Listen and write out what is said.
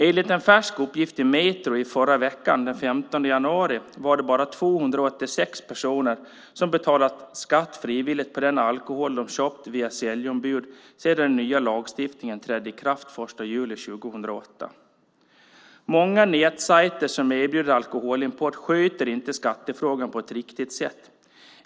Enligt en färsk uppgift i Metro förra veckan den 15 januari var det bara 286 personer som betalat skatt frivilligt på den alkohol som de köpt via säljombud sedan den nya lagstiftningen trädde i kraft den 1 juli 2008. Många nätsajter som erbjuder alkoholimport sköter inte skattefrågan på ett riktigt sätt.